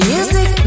Music